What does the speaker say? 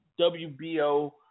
WBO